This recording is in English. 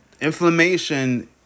Inflammation